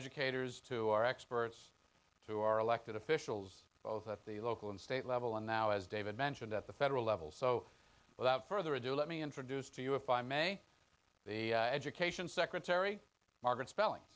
educators to our experts to our elected officials both at the local and state level and now as david mentioned at the federal level so without further ado let me introduce to you if i may the education secretary margaret spelling